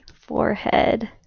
forehead